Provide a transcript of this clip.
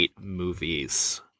movies